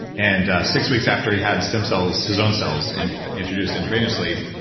and six weeks after he had stem cells, his own cells, and introduced intravenously,